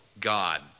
God